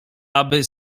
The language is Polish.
aby